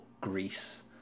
Greece